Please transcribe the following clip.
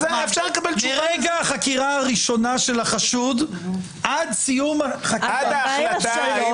מרגע החקירה הראשונה של החשוד ועד סיום --- עד ההחלטה האם